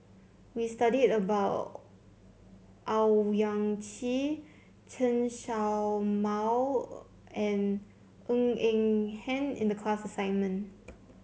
we studied about Owyang Chi Chen Show Mao and Ng Eng Hen in the class assignment